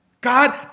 God